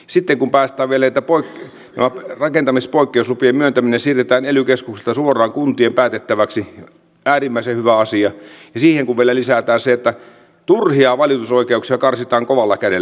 silti bombasta veli topon apu rakentamispoikkeuslupien myöntäminen siirretään ely keskuksilta suoraan kuntien päätettäväksi äärimmäisen hyvä asia niin siihen kun vielä lisätään se että turhia valitusoikeuksia karsitaan kovalla kädellä